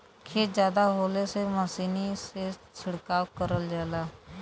खेत जादा होले से मसीनी से छिड़काव करल जाला